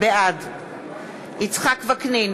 בעד יצחק וקנין,